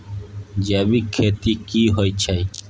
जैविक खेती की होए छै?